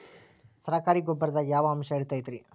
ಸರಕಾರಿ ಗೊಬ್ಬರದಾಗ ಯಾವ ಅಂಶ ಇರತೈತ್ರಿ?